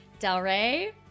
Delray